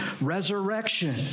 resurrection